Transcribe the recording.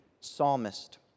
psalmist